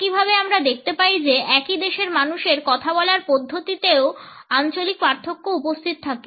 একইভাবে আমরা দেখতে পাই যে একই দেশের মানুষের কথা বলার পদ্ধতিতেও আঞ্চলিক পার্থক্য উপস্থিত থাকে